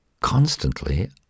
constantly